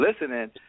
listening